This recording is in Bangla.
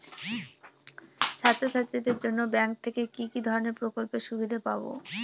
ছাত্রছাত্রীদের জন্য ব্যাঙ্ক থেকে কি ধরণের প্রকল্পের সুবিধে পাবো?